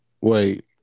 wait